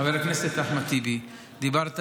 חבר הכנסת אחמד טיבי, דיברת איתי,